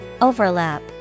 Overlap